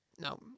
No